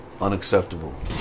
Unacceptable